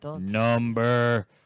number